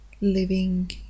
living